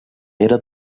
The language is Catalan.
era